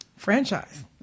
Franchise